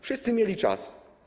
Wszyscy mieli czas.